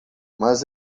mas